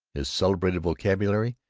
his celebrated vocabulary,